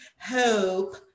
Hope